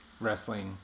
wrestling